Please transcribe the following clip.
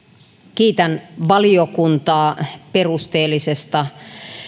kiitän valiokuntaa perusteellisesta